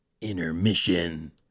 Intermission